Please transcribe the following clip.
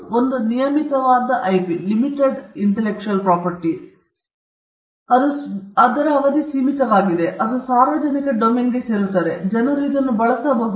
ನೀವು ನಿಯಮಿತವಾದ ಐಪಿ ಅನ್ನು ಹೊಂದಿದ್ದೀರಿ ಅಲ್ಲಿ ಅವಧಿ ಸೀಮಿತವಾಗಿದೆ ನಂತರ ಅದು ಸಾರ್ವಜನಿಕ ಡೊಮೇನ್ಗೆ ಸೇರುತ್ತದೆ ಮತ್ತು ಜನರು ಇದನ್ನು ಬಳಸಬಹುದು